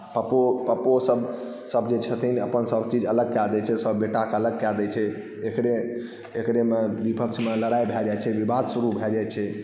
पप्पो पप्पोसभ सभ जे छथिन अपन सभचीज अलग कए दैत छै सभ बेटाकेँ अलग कए दैत छै एकरे एकरेमे विपक्षमे लड़ाइ भए जाइत छै विवाद शुरू भए जाइत छै